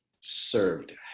served